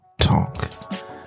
talk